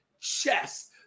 Chess